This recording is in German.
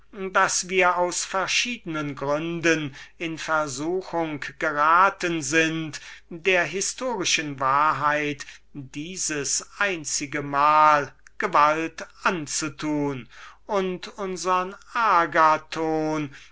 daß wir aus verschiednen gründen in versuchung geraten sind der historischen wahrheit dieses einzige mal gewalt anzutun und unsern agathon